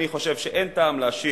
אני חושב שאין טעם להשיב.